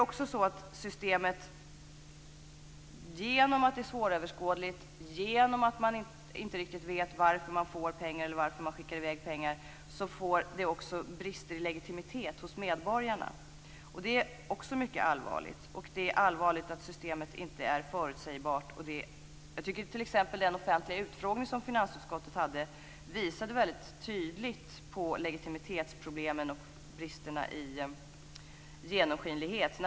Genom att systemet är svåröverskådligt, genom att man inte riktigt vet varför man får pengar eller skickar i väg pengar, får det också brister i legitimitet hos medborgarna. Det är också mycket allvarligt, och det är allvarligt att systemet inte är förutsägbart. Jag tycker att den offentliga utfrågning som finansutskottet hade visade väldigt tydligt på legitimitetsproblemen och bristerna i genomskinlighet.